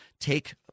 take